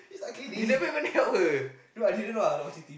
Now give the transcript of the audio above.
you never even help her